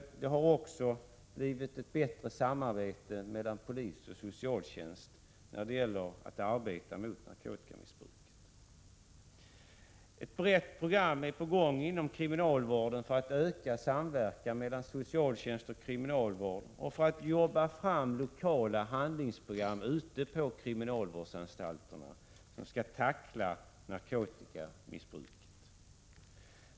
Det har också blivit ett bättre samarbete mellan polis och socialtjänst mot narkotikamissbruket. Ett brett arbete är på gång inom kriminalvården för att öka samverkan mellan socialtjänst och kriminalvård och för att jobba fram lokala handlingsprogram ute på kriminalvårdsanstalterna, som skall tackla narkotikamissbruket.